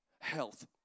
health